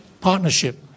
partnership